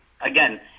again